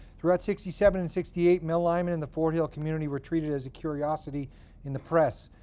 throughout sixty seven and sixty eight, mel lyman in the fort hill community were treated as a curiosity in the press,